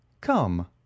Come